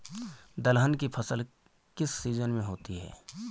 दलहन की फसल किस सीजन में होती है?